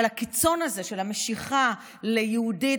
אבל הקיצון הזה של המשיכה ליהודית,